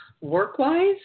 work-wise